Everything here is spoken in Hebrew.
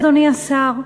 אדוני השר?